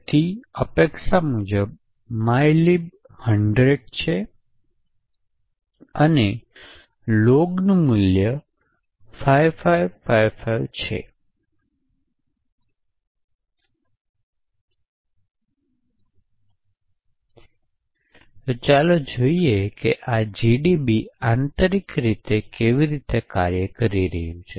તેથી અપેક્ષા મુજબ mylib 100 છે અને log નું મૂલ્ય 5555 છે તો ચાલો જોઈએ કે આ જીડીબી આંતરિક રીતે કેવી રીતે કાર્ય કરી રહ્યું છે